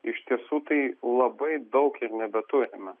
iš tiesų tai labai daug ir nebeturime